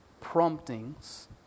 promptings